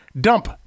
dump